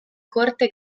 corte